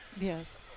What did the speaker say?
yes